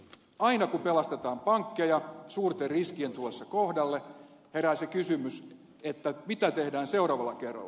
aina kun pelastetaan pankkeja suurten riskien tullessa kohdalle herää se kysymys mitä tehdään seuraavalla kerralla